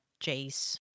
Jace